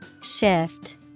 Shift